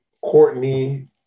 Courtney